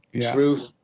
Truth